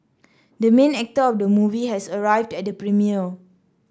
the main actor of the movie has arrived at the premiere